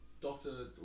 doctor